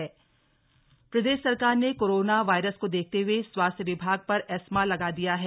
ESMA लागू प्रदेश सरकार ने कोरोना वायरस को देखते हुए स्वास्थ्य विभाग पर एस्मा लगा दिया है